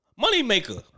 Moneymaker